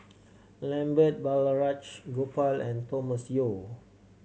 Lambert Balraj Gopal and Thomas Yeo